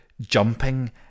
jumping